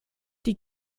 die